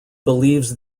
believes